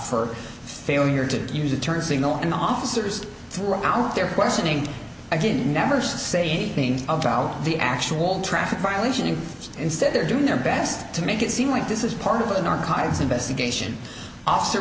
for failure to use a turn signal and officers throughout their questioning again never say anything about the actual traffic violation and instead they're doing their best to make it seem like this is part of an archives investigation officer